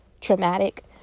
traumatic